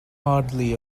hardly